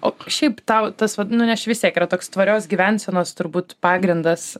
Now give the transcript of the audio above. o šiaip tau tas vat nu nes čia vis tiek yra toks tvarios gyvensenos turbūt pagrindas